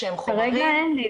כרגע אין לי,